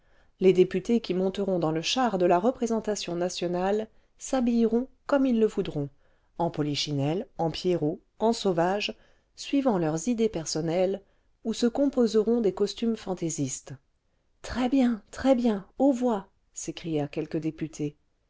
les députés qui monteront dans le char de la représentation nationale s'habilleront comme ils le voudront en polichinelles en pierrots en sauvages suivant leurs idées personnelles ou se composeront des costumes fantaisistes très bien très bien aux voix s'écrièrent quelques départes